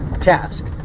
task